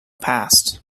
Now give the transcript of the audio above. past